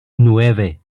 nueve